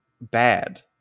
bad